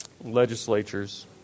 legislatures